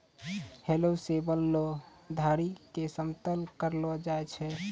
हलो सें बनलो धारी क समतल करलो जाय छै?